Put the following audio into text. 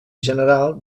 general